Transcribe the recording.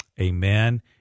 amen